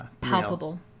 palpable